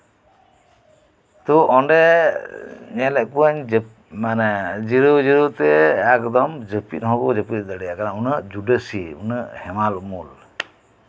ᱛᱳ ᱚᱸᱰᱮ ᱧᱮᱞᱮᱫ ᱠᱚᱣᱟᱹᱧ ᱢᱟᱱᱮ ᱡᱤᱨᱟᱹᱣ ᱡᱤᱨᱟᱹᱣᱛᱮ ᱮᱠᱫᱚᱢ ᱡᱟᱹᱯᱤᱫ ᱦᱚᱠᱚ ᱡᱟᱹᱯᱤᱫ ᱫᱟᱲᱮᱭᱟᱜ ᱠᱟᱱᱟ ᱩᱱᱟᱹᱜ ᱡᱩᱰᱟᱹᱥᱤ ᱩᱱᱟᱹᱜ ᱦᱮᱢᱟᱞ ᱩᱢᱩᱞ